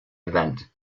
event